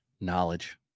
Knowledge